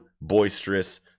boisterous